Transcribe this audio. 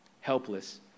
helpless